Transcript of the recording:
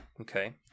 Okay